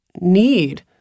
need